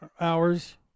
hours